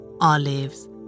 olives